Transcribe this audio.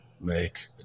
make